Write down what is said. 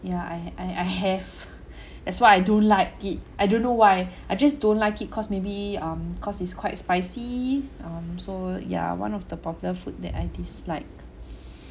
yeah I had I I have that's why I don't like it I don't know why I just don't like it cause maybe um cause it's quite spicy um so yeah one of the popular food that I dislike